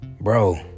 Bro